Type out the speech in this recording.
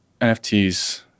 NFTs